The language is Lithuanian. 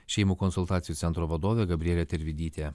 šeimų konsultacijų centro vadovė gabrielė tervidytė